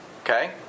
Okay